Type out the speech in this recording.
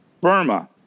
Burma